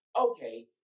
okay